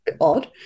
odd